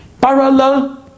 Parallel